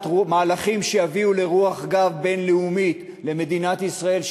מהלכים שיביאו לרוח גבית בין-לאומית למדינת ישראל,